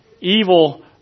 evil